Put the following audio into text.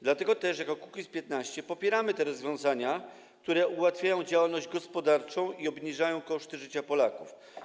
Dlatego też jako Kukiz’15 popieramy te rozwiązania, które ułatwiają działalność gospodarczą i obniżają koszty życia Polaków.